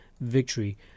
victory